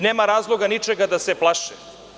Nema razloga ničega da se plaše.